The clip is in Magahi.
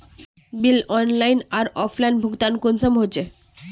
बिल ऑनलाइन आर ऑफलाइन भुगतान कुंसम होचे?